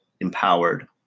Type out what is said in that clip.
empowered